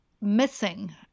missing